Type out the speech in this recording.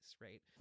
right